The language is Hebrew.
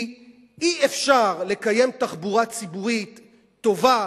כי אי-אפשר לקיים תחבורה ציבורית טובה,